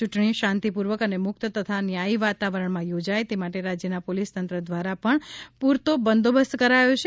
યૂંટણી શાંતિપૂર્વક અને મુક્ત તથા ન્યાયી વાતાવરણમાં યોજાય તે માટે રાજ્યના પોલીસતંત્ર દ્વારા પણ પૂરતો બંદોબસ્ત કરાયો છે